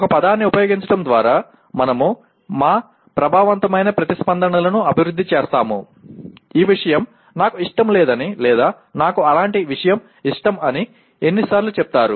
ఒక పదాన్ని ఉపయోగించడం ద్వారా మనము మా ప్రభావవంతమైన ప్రతిస్పందనలను అభివృద్ధి చేస్తాము ఈ విషయం నాకు ఇష్టం లేదని లేదా నాకు అలాంటి విషయం ఇష్టం అని ఎన్నిసార్లు చెప్తారు